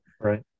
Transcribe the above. right